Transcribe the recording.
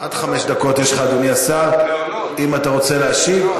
עד חמש דקות יש לך, אדוני השר, אם אתה רוצה להשיב.